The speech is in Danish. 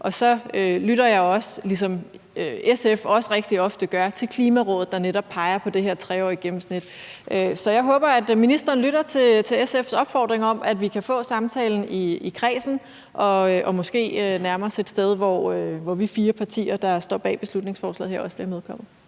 Så lytter jeg, ligesom SF også rigtig ofte gør, også til Klimarådet, der netop peger på det her 3-årige gennemsnit. Så jeg håber, at ministeren lytter til SF's opfordring om, at vi kan få samtalen i kredsen og måske nærme os et sted, hvor vi fire partier, der står bag beslutningsforslaget her, også bliver imødekommet.